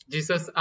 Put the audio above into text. Jesus